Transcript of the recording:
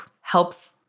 helps